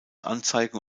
anzeigen